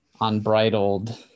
unbridled